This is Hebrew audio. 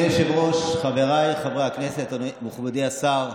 אדוני היושב-ראש, חבריי חברי הכנסת, מכובדי השר,